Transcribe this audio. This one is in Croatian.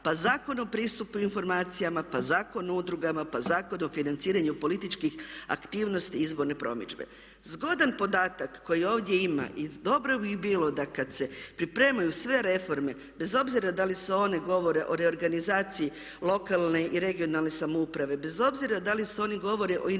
pa Zakon o pristupu o informacijama, pa Zakon o udrugama, pa Zakon o financiranju političkih aktivnosti i izborne promidžbe. Zgodan podatak koji ovdje ima i dobro bi bilo da kada se pripremaju sve reforme, bez obzira da li se one govore o reorganizaciji lokalne i regionalne samouprave, bez obzira da li one govore o investicijskim